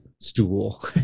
stool